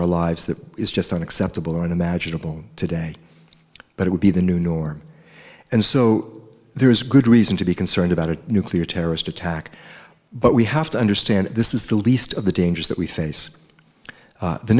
our lives that is just unacceptable and imaginable today but it would be the new norm and so there is good reason to be concerned about a nuclear terrorist attack but we have to understand this is the least of the dangers that we face